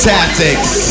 Tactics